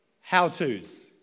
how-tos